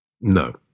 No